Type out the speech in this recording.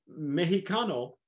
Mexicano